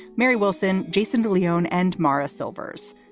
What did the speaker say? mary wilson, jason de leon and maurice silvers.